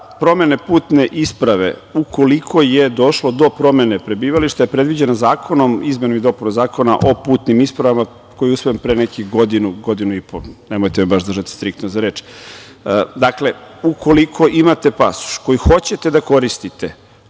promene putne isprave, ukoliko je došlo do promene prebivališta, je predviđeno izmenom i dopunom Zakona o putnim ispravama koji je usvojen pre nekih godinu, godinu i po, nemojte me baš držati striktno za reč. Dakle, ukoliko imate pasoš koji hoćete da koristite,